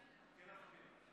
כן, אדוני.